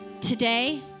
Today